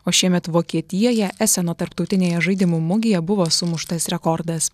o šiemet vokietijoje eseno tarptautinėje žaidimų mugėje buvo sumuštas rekordas